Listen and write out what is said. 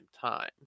time